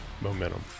momentum